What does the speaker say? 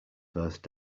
first